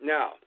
Now